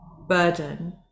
burden